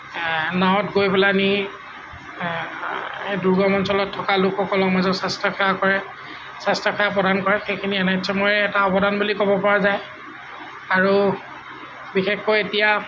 নাৱত গৈ পেলানি দুৰ্গম অঞ্চলত থকা লোকসকলৰ মাজত স্বাস্থ্যসেৱা কৰে স্বাস্থ্যসেৱা প্ৰদান কৰে সেইখিনি এন এইছ এমৰে এটা অৱদান বুলি ক'ব পৰা যায় আৰু বিশেষকৈ এতিয়া